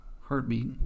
heartbeat